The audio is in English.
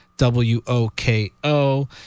W-O-K-O